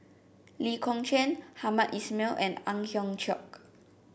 Lee Kong Chian Hamed Ismail and Ang Hiong Chiok